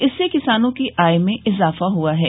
इससे किसानों की आय में इजाफा हुआ है